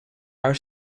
are